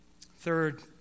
Third